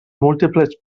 múltiples